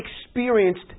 experienced